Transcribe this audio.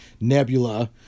Nebula